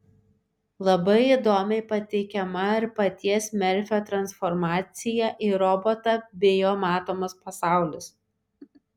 labai įdomiai pateikiama ir paties merfio transformacija į robotą bei jo matomas pasaulis